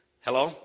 Hello